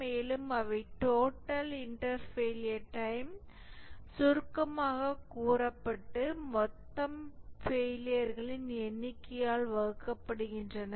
மேலும் அவை total inter failure time சுருக்கமாகக் கூறப்பட்டு மொத்த ஃபெயிலியர்களின் எண்ணிக்கையால் வகுக்கப்படுகின்றன